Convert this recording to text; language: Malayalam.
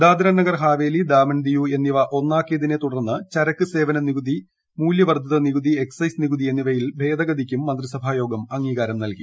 ദാദ്രനാഗർ ഹവേലി ദാമൻ ദിയു എന്നിവ ഒന്നാക്കിയതിനെ തുടർന്ന് ചരക്ക് സേവന നികുതി മൂല്യ വർദ്ധിത നികുതി എക്സൈസ് നികുതി എന്നിവയിൽ ഭേദഗതിക്കും മന്ത്രിസഭായോഗം അംഗീകാരം നല്കി